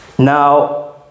Now